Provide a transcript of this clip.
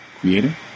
Creator